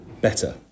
better